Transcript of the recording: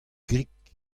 grik